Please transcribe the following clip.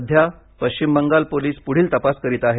सध्या पश्चिम बंगाल पोलीस पुढील तपास करीत आहेत